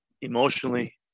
emotionally